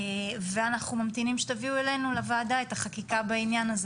ואנחנו ממתינים שתביאו אלינו לוועדה את העניין הזה.